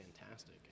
fantastic